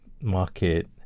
market